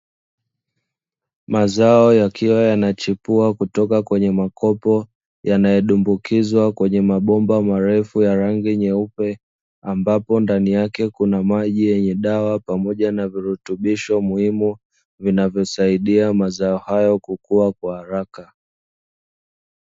Mazao yakiwa yanachipua kutoka kwenye makopo, yanayodumbukizwa kwenye mabomba marefu ya rangi nyeupe, ambapo ndani yake kuna maji yenye dawa pamoja na virutubisho muhimu, vinavyosaidia mazao hayo kukua kwa haraka.